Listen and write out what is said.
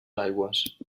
aigües